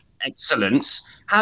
excellence